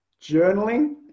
journaling